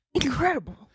Incredible